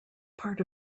part